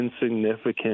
insignificant